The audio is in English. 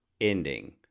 ending